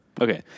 okay